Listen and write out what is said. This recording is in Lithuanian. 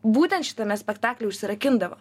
būtent šitame spektakly užsirakindavo